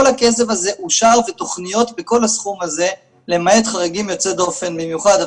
כל הכסף הזה אושר ותוכניות בכל הסכום הזה למעט חריגים יוצא דופן במיוחד,